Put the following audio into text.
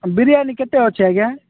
ବିରିୟାନୀ କେତେ ଅଛି ଆଜ୍ଞା